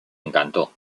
encantó